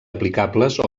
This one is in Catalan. aplicables